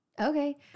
Okay